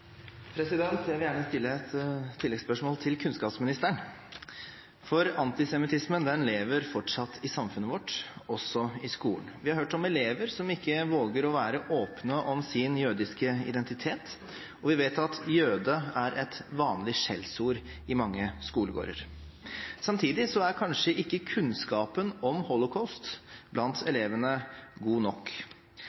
Tyvand. Jeg vil gjerne stille et oppfølgingsspørsmål til kunnskapsministeren: Antisemittismen lever fortsatt i samfunnet vårt, også i skolen. Vi har hørt om elever som ikke våger å være åpne om sin jødiske identitet, og vi vet at «jøde» er et vanlig skjellsord i mange skolegårder. Samtidig er kanskje ikke kunnskapen om Holocaust blant elevene god nok.